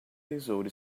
tesouro